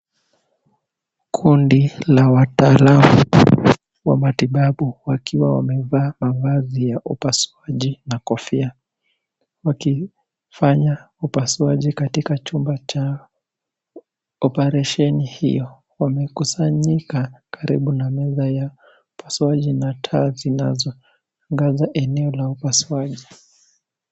Kundi la waatalamu wa kimatibabu wakiwa wamevaa mavazi ya upasuaji na kofia wakifanya upasuaji katika chumba cha operesheni hiyo. Wamekusanyika karibu na meza ya upasuaji na taa zinazoangaza eneo la upasuaji.